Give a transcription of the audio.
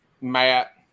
Matt